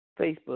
Facebook